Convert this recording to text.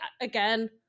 again